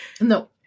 No